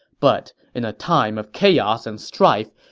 but in a time of chaos and strife,